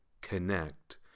connect